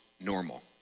normal